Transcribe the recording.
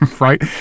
Right